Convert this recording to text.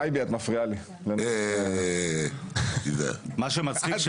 מה שמצחיק,